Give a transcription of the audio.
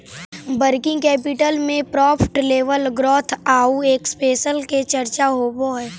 working capital में profit level growth आउ expansion के चर्चा होवऽ हई